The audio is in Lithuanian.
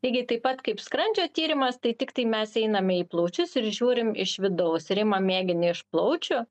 lygiai taip pat kaip skrandžio tyrimas tai tiktai mes einame į plaučius ir žiūrim iš vidaus ir imam mėginį iš plaučių